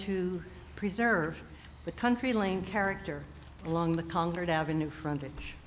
to preserve the country lane character along the conquered avenue frontage